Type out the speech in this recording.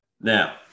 Now